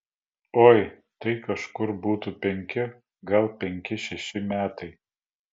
oi tai kažkur būtų penki gal penki šeši metai